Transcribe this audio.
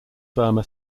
burma